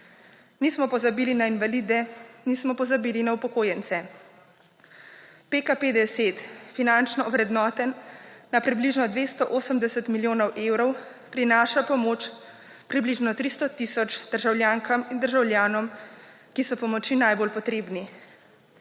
Nismo pozabili na invalide, nismo pozabili na upokojence. PKP10, finančno ovrednoten na približno 280 milijonov evrov, prinaša pomoč približno 300 tisoč državljankam in državljanom, ki so pomoči najbolj potrebni.